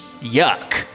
Yuck